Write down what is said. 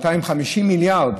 250 מיליארד,